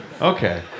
Okay